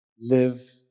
Live